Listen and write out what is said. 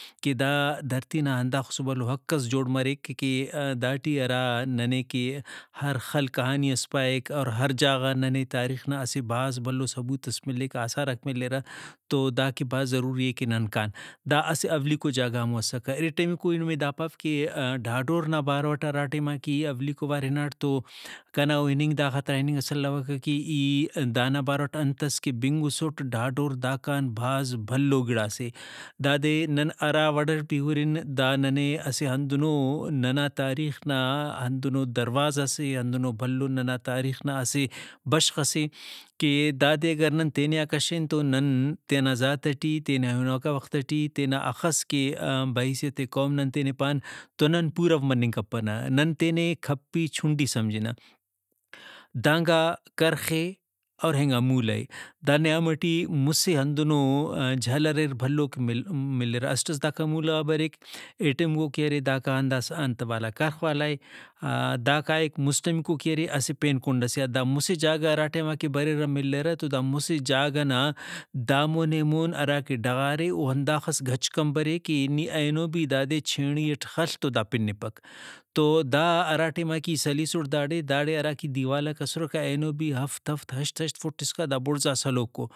کہ دا دھرتی نا ہنداخسو بھلو حقس جوڑ مریک کہ داٹی ہرا ننے کہ ہر خل کہانی ئس پائک اور ہر جاگہ غا ننے تاریخ نا اسہ بھاز بھلو ثبوت ئس مِلک آثاراک ملرہ تو داکہ بھاز ضروری اے کہ نن کان دا اسہ اولیکو جاگہ ہمو اسکہ۔ ارٹمیکو ای نمے دا پاو کہ ڈھاڈور نا باروٹ ہراٹیما کہ ای اولیکو وار ہناٹ تو کنا او اِننگ دا خاطران اِننگس الوکہ کہ ای دانا باروٹ انتس کہ بِنگُسٹ ڈھاڈور داکان بھاز بھلو گڑاسے دادے نن ہراوڑٹ بھی ہُرن دا ننے اسہ ہندنو ننا تاریخ نا ہندنو دروازہ سے ہندنو بھلو دانا تاریخ نا اسہ بشخ سے کہ دادے اگر ننے تینے آن کشن تو نن تینا ذات ٹی تینا ہنوکا وخت ٹی تینا ہخس کہ بہ حییثیت قوم نن تینے پان تو نن پورو مننگ کپنہ نن تینے کپی چُنڈی سمجھنہ۔ دانگا کرخ اے اور اینگا مولہ اے دا نیام ٹی مُسہ ہندنو جھل اریر بھلو کہ ملرہ اسٹ ئس داکان مولہ غا بریک اے ٹیم او کہ ارے داکان داسہ انت والا کرخ والائے داکائک مُسٹمیکو کہ ارے اسہ پین کُنڈ سے آن دا مسہ جاگہ ہراٹیما کہ بریرہ ملرہ تو دا مسہ جاگہ نا دامون ایمون ہرا کہ ڈغارے او ہنداخس گھچ کمبرے کہ نی اینو بھی دادے چھینڑی اٹ خل تو دا پنپک۔ تو دا ہرا ٹیما کہ ای سلیسُٹ داڑے داڑے ہراکہ دیوالاک اسرکہ اینو بھی ہفت ہفت ہشت ہشت فُٹ اسکا دا بُڑزا سلوکو